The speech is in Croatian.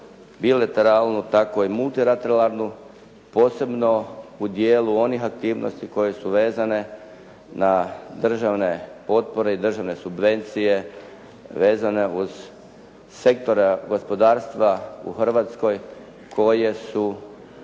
bilateralnu tako i multilateralnu posebno u dijelu onih aktivnosti koje su vezane na državne potpore i državne subvencije vezane uz sektore gospodarstva u Hrvatskoj koje su